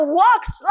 walks